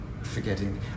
forgetting